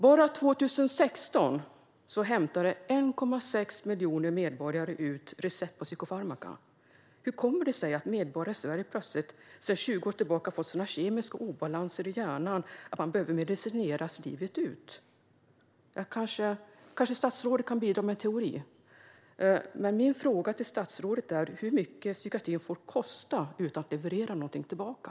Bara 2016 hämtade 1,6 miljoner medborgare ut recept på psykofarmaka. Hur kommer det sig att medborgare i Sverige sedan 20 år tillbaka plötsligt fått sådana kemiska obalanser i hjärnan att de behöver medicineras livet ut? Kanske statsrådet kan bidra med en teori. Min fråga till statsrådet är dock: Hur mycket får psykiatrin kosta utan att den levererar någonting tillbaka?